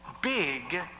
big